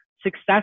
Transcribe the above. success